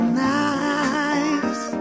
nice